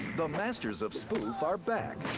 the masters of spoof are back.